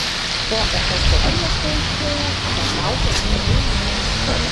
po echoskopijos paaiškėjo kad laukiuosi dvynių